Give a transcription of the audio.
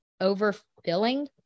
overfilling